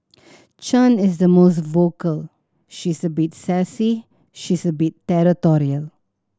Chan is the most vocal she's a bit sassy she's a bit territorial